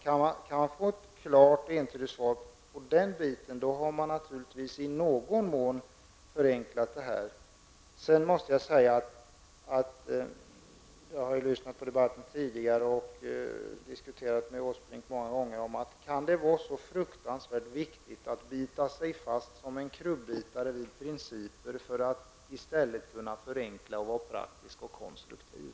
Kan man få ett klart och entydigt svar på det? I så fall har man naturligtvis i någon mån förenklat saken. Jag har lyssnat på debatten tidigare och diskuterat med Erik Åsbrink många gånger. Kan det vara så fruktansvärt viktigt att bita sig fast som en krubbitare i principer i stället för att kunna förenkla, vara praktisk och konstruktiv?